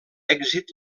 èxit